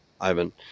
Ivan